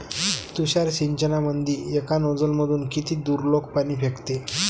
तुषार सिंचनमंदी एका नोजल मधून किती दुरलोक पाणी फेकते?